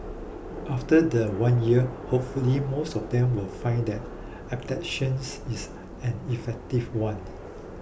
after the one year hopefully most of them will find that adaptations is an effective one